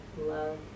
love